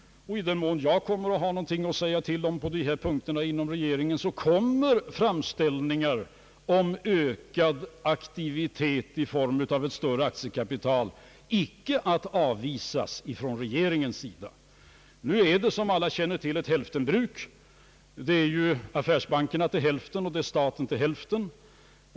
Och i den mån jag kommer att ha någonting att säga till om härvidlag inom regeringen kommer framställningar om ökad aktivitet i form av ett större aktiekapital icke att avvisas av regeringen. Som alla känner till har vi här ett hälftenbruk, företagen ägs av affärsbankerna till hälften och av staten till hälften.